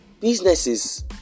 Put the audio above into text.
businesses